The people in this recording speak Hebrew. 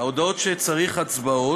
ההודעות שבהן צריך הצבעות: